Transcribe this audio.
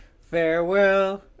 Farewell